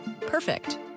Perfect